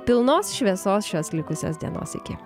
pilnos šviesos šios likusios dienos iki